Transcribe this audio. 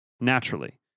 naturally